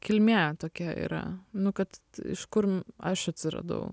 kilmė tokia yra nu kad iš kur aš atsiradau